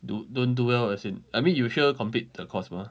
do~ don't do well as in I mean you sure complete the course mah